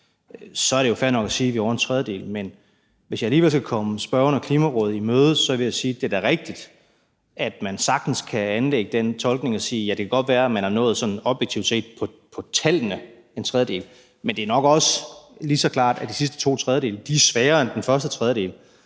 så er det jo fair nok at sige, at vi er over en tredjedel. Men hvis jeg alligevel skal komme spørgeren og Klimarådet i møde, vil jeg sige, at det da er rigtigt, at man sagtens kan anlægge den tolkning og sige: Ja, det kan godt være, at man sådan objektivt set i forhold til tallene er nået en tredjedel, men det er nok også lige så klart, at de sidste to tredjedele er sværere at nå end den første tredjedel.